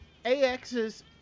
AX's